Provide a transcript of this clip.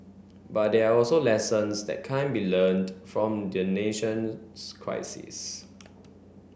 but there are also lessons that can be learnt from the nation's crisis